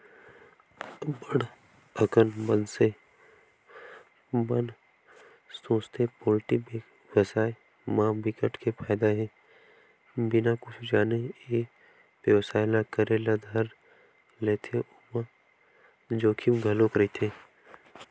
अब्ब्ड़ अकन मनसे मन सोचथे पोल्टी बेवसाय म बिकट के फायदा हे बिना कुछु जाने ए बेवसाय ल करे ल धर लेथे ओमा जोखिम घलोक रहिथे